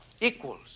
equals